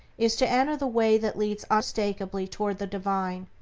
is to enter the way that leads unmistakably toward the divine,